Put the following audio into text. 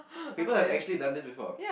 people have actually done this before